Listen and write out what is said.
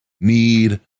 need